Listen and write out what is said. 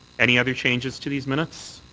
any other changes to these minutes?